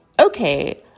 okay